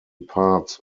parts